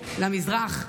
למזרח,